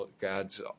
God's